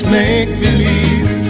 make-believe